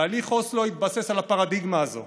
תהליך אוסלו התבסס על הפרדיגמה הזו.